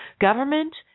Government